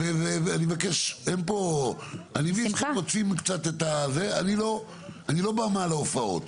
אני מבין מה אתם מחפשים ואני לא במה להופעות.